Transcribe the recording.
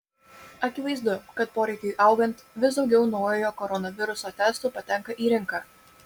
akivaizdu kad poreikiui augant vis daugiau naujojo koronaviruso testų patenka į rinką